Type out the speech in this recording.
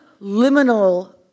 liminal